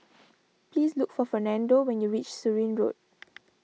please look for Fernando when you reach Surin Road